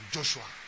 Joshua